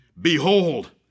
Behold